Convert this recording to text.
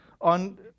on